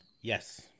Yes